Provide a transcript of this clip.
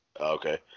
Okay